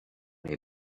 les